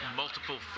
multiple